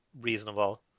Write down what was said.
reasonable